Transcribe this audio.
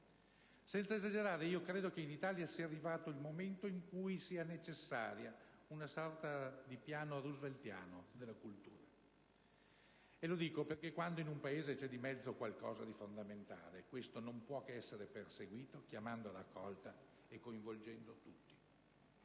Senza esagerare, io credo che in Italia sia arrivato il momento in cui è necessaria una sorta di piano rooseveltiano della cultura. E lo dico perché, quando in un Paese c'è di mezzo qualcosa di fondamentale, questo non può che essere perseguito chiamando a raccolta e coinvolgendo tutti,